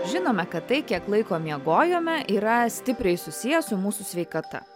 žinome kad tai kiek laiko miegojome yra stipriai susiję su mūsų sveikata